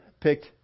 picked